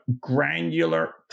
granular